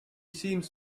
seems